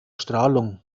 strahlung